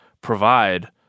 provide